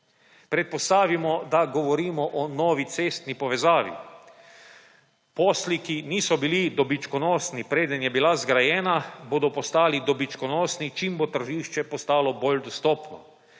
Predpostavimo, da govorimo o novi cestni povezavi. Posli, ki niso bili dobičkonosni, preden je bila zgrajena, bodo postali dobičkonosni, čim bo tržišče postalo bolj dostopno.